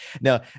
now